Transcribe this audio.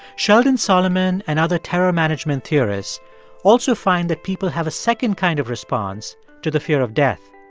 sheldon solomon and other terror management theorists also find that people have a second kind of response to the fear of death.